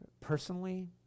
personally